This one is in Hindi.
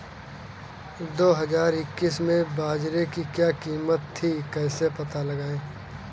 दो हज़ार इक्कीस में बाजरे की क्या कीमत थी कैसे पता लगाएँ?